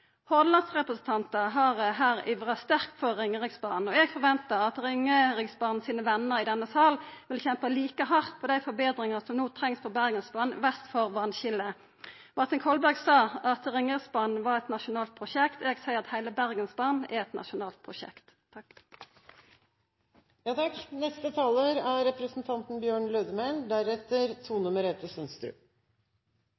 Hordalandsrepresentantar har her ivra sterkt for Ringeriksbanen. Eg forventar at Ringeriksbanen sine venner i denne salen vil kjempa like hardt for dei forbetringane som no trengst på Bergensbanen vest for vasskiljet. Martin Kolberg sa at Ringeriksbanen er eit nasjonalt prosjekt. Eg seier at heile Bergensbanen er eit nasjonalt prosjekt.